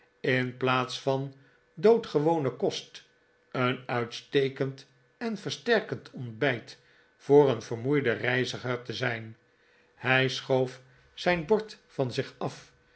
in plaats van doodgewonen kost een uitstekend en versterkend ontbijt voor een vermoeiden reiziger te zijn hij schoof zijn bord van zich af